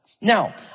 Now